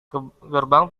gerbang